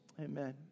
Amen